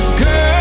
girl